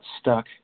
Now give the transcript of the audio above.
stuck